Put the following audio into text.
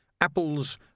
apples